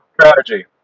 strategy